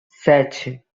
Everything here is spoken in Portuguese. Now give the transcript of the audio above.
sete